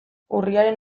urriaren